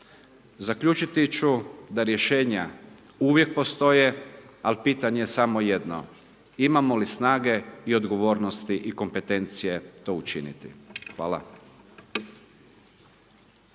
Zaključiti ću da rješenja uvijek postoje ali pitanje je samo jedno: Imamo li snage i odgovornosti i kompetencije to učiniti? Hvala.